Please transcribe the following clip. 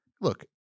Look